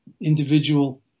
individual